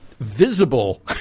Visible